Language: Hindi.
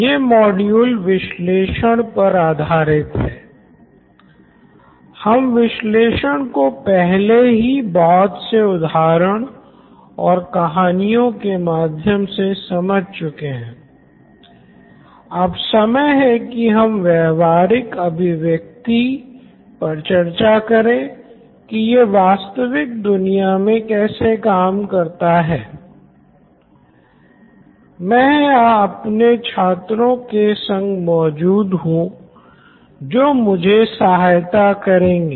यह मॉड्यूल विश्लेषण करेंगे